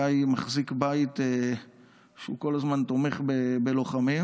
גיא מחזיק בית שהוא כל הזמן תומך בלוחמים.